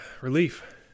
relief